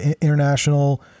international